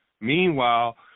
Meanwhile